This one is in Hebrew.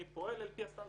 הכרת לקוח כוללת בין השאר,